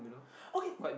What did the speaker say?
okay